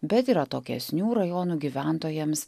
bet ir atokesnių rajonų gyventojams